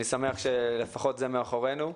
אני שמח שלפחות זה מאחורינו.